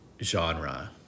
genre